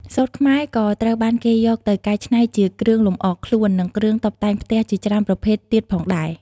សូត្រខ្មែរក៏ត្រូវបានគេយកទៅកែច្នៃជាគ្រឿងលម្អខ្លួន និងគ្រឿងតុបតែងផ្ទះជាច្រើនប្រភេទទៀតផងដែរ។